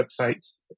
websites